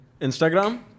Instagram